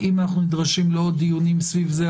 אם אנחנו נדרשים לעוד דיונים סביב זה,